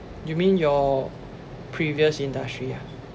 you mean your previous industry ah